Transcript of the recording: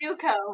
Zuko